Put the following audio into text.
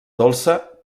dolça